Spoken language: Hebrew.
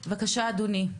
בבקשה, אדוני.